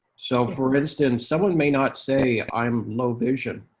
so, for instance, someone may not say, i'm low vision.